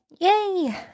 Yay